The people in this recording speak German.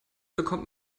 bekommt